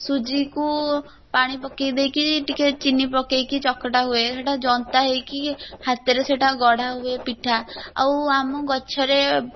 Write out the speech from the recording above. ସୁଜିକୁ ପାଣି ପକେଇ ଦେଇକି ଟିକେ ଚିନି ପକେଇକି ଚକଟା ହୁଏ ସେଟା ଜନ୍ତା ହୋଇକି ହାତରେ ସେଟା ଗଢ଼ା ହୁଏ ପିଠା ଆଉ ଆମ ଗଛରେ